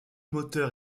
moteur